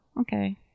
Okay